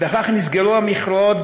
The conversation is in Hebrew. וכך נסגרו המכרות,